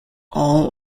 all